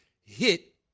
hit